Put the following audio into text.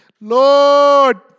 Lord